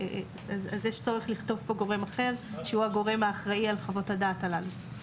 יש צורך לכתוב כאן גורם אחר שהוא הגורם האחראי על חוות הדעת הללו.